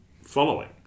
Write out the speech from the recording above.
following